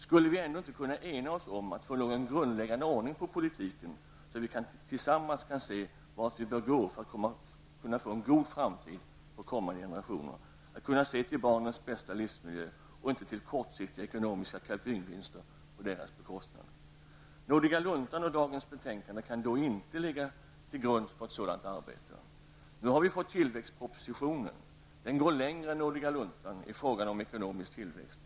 Skulle vi ändå inte kunna ena oss om att få någon grundläggande ordning på politiken, så att vi tillsammans kan se vart vi bör gå för att kunna få en god framtid för kommande generationer, att kunna se till barnens bästa livsmiljö och inte till kortsiktiga ekonomiska kalkylvinster på deras bekostnad? Nådiga luntan och dagens betänkande kan då inte ligga till grund för ett sådant arbete. Nu har vi fått tillväxtpropositionen. Den går längre än Nådiga luntan i frågan om ekonomisk tillväxt.